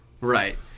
Right